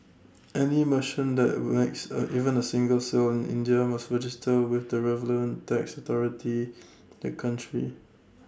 any merchant that makes A even A single sale in India must register with the relevant tax authority the country